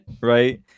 right